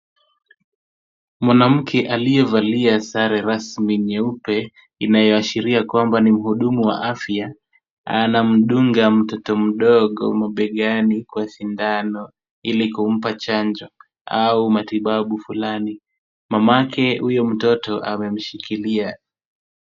Mwanamke aliyevalia sare rasmi nyeupe inayoashiria ni mhudumu wa afya anamdunga mtoto mdogo mabegani kwa sindano, ili kumpa chanjo au matibabu fulani. Mamake huyu mtoto amemshikilia.